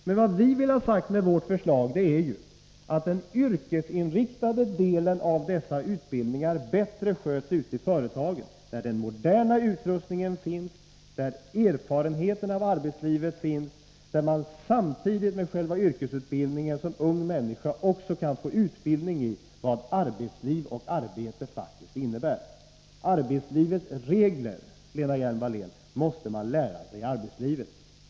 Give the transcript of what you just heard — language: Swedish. Men vad vi vill ha sagt med vårt förslag är ju att den yrkesinriktade delen av dessa utbildningar bättre sköts ute i företagen där den moderna utrustningen finns, där erfarenheten av arbetslivet finns och där man samtidigt med själva yrkesutbildningen som ung människa också kan få utbildning i vad arbetsliv och arbete faktiskt innebär. Arbetslivets regler, Lena Hjelm-Wallén, måste man lära sig i arbetslivet.